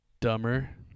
Dumber